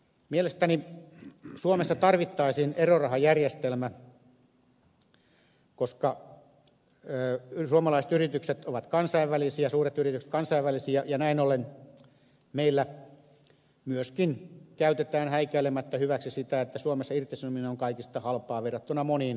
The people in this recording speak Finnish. mielestäni suomessa tarvittaisiin erorahajärjestelmä koska suomalaiset suuret yritykset ovat kansainvälisiä ja näin ollen meillä myöskin käytetään häikäilemättä hyväksi sitä että suomessa irtisanominen on kaikista halvinta verrattuna moniin euroopan maihin